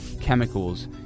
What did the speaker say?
chemicals